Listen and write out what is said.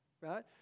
right